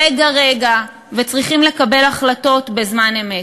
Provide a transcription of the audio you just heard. רגע-רגע, וצריכים לקבל החלטות בזמן אמת,